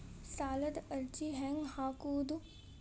ಸಾಲದ ಅರ್ಜಿ ಹೆಂಗ್ ಹಾಕುವುದು?